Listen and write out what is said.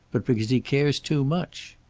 but because he cares too much.